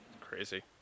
Crazy